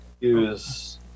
use